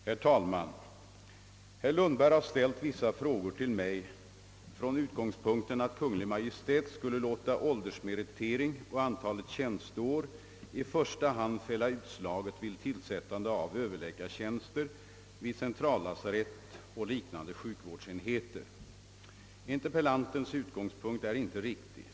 Herr talman! Herr Lundberg har ställt vissa frågor till mig från utgångspunkten att Kungl. Maj:t skulle låta åldersmeritering och antalet tjänsteår »i första hand» fälla utslaget vid tillsättande av överläkartjänster vid centrallasarett och liknande sjukvårdsenheter. Interpellantens utgångspunkt är inte riktig.